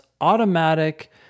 automatic